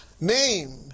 Name